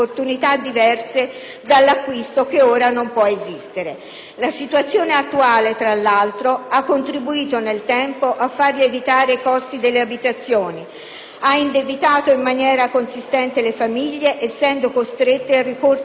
dall'acquisto che ora non possono esistere. La situazione attuale, tra l'altro, ha contribuito nel tempo a far lievitare i costi delle abitazioni, ha indebitato in maniera consistente le famiglie essendo costrette al ricorso massiccio dei mutui.